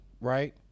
right